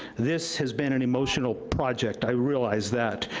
this has been an emotional project, i realize that.